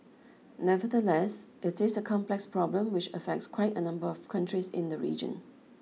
nevertheless it is a complex problem which affects quite a number of countries in the region